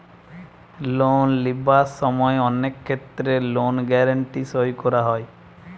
loan লিবার সময় অনেক ক্ষেত্রে লোন গ্যারান্টি সই করা হয়